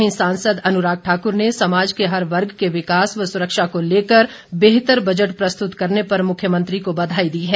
वहीं सांसद अनुराग ठाक्र ने समाज के हर वर्ग के विकास व सुरक्षा को लेकर बेहतर बजट प्रस्तुत करने पर मुख्यमंत्री को बधाई दी है